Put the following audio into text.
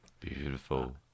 beautiful